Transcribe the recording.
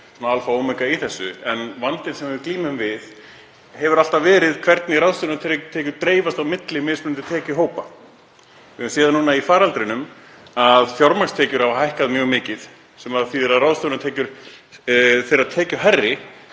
alfa og omega í þessu. En vandinn sem við glímum við hefur alltaf verið hvernig ráðstöfunartekjur dreifast á milli mismunandi tekjuhópa. Við höfum séð það í faraldrinum að fjármagnstekjur hafa hækkað mjög mikið sem þýðir að ráðstöfunartekjur þeirra tekjuhærri